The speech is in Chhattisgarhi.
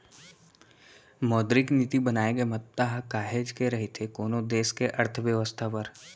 मौद्रिक नीति बनाए के महत्ता ह काहेच के रहिथे कोनो देस के अर्थबेवस्था बर